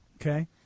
Okay